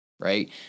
right